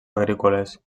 agrícoles